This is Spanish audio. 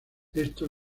esto